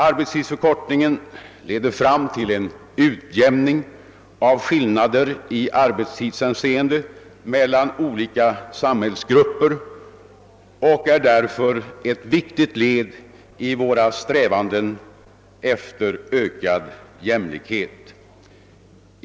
Arbetstidsförkortningen leder fram till en utjämning av skillnader i arbetstidshänseende mellan olika samhällsgrupper och är därför ett viktigt led i våra strävanden efter ökad jämlikhet.